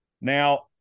now